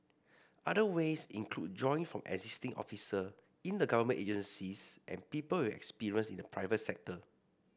other ways include drawing from existing officer in the government agencies and people with experience in the private sector